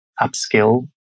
upskill